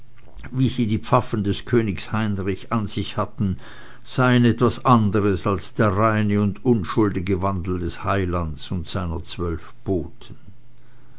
wie sie die pfaffen könig heinrichs an sich hatten seien etwas anderes als der reine und unschuldige wandel des heilands und seiner zwölf boten